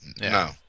no